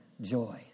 joy